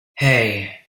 hey